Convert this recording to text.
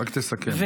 רק תסכם,